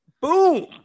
Boom